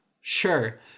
Sure